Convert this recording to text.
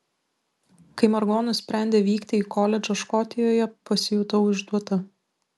kai margo nusprendė vykti į koledžą škotijoje pasijutau išduota